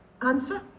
answer